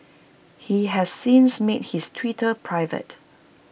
he has since made his Twitter private